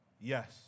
Yes